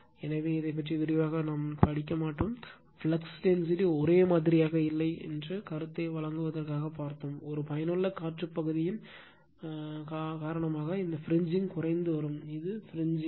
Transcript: எனவே இதை பற்றி விரிவாகக் படிக்கமாட்டோம் ஃப்ளக்ஸ் டென்சிட்டி ஒரே மாதிரியாக இல்லை என்ற கருத்தை வழங்குவதற்காக ஒரு பயனுள்ள காற்று பகுதியின் காரணமாக இந்த பிரிஞ்சிங் குறைந்து வருகிறது எனவே இது பிரிஞ்சிங்